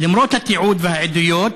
למרות התיעוד והעדויות,